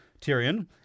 Tyrion